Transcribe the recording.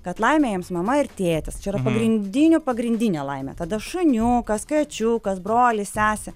kad laimė jiems mama ir tėtis čia yra pagrindinių pagrindinė laimė tada šuniukas kačiukas brolis sesė